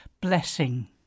Blessing